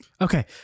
Okay